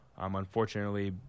Unfortunately